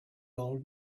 old